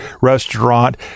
restaurant